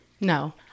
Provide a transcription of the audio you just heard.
No